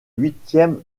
huitièmes